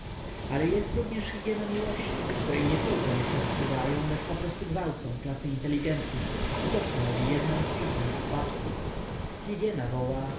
ale jest również hygiena miłości której nietylko nie przestrzegają lecz poprostu gwałcą klasy inteligentne i to stanowi jednę z przyczyn ich upadku hygiena woła